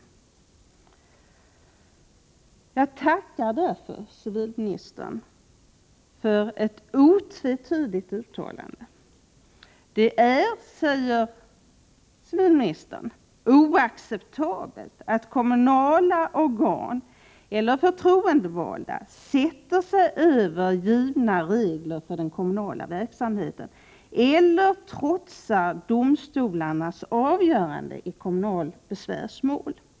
Därför tackar jag civilministern för hans otvetydiga uttalande. Han säger att det är oacceptabelt att kommunala organ eller förtroendevalda sätter sig över givna regler för den kommunala verksamheten eller trotsar domstolarnas avgöranden i kommunalbesvärsmål.